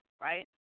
right